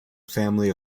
family